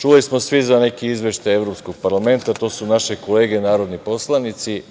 čuli smo svi za neki izveštaj Evropskog parlamenta. To su naše kolege narodni poslanici